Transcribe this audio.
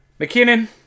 McKinnon